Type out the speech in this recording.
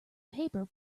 paper